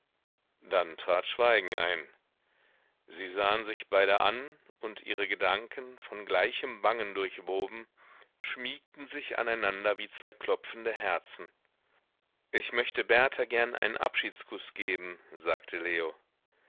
dann trat schweigen ein sie sahen sich beide an und ihre gedanken von gleichem bangen durchwoben schmiegten sich aneinander wie zwei klopfende herzen ich möchte berta gern einen abschiedskuß geben sagte leo